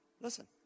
Listen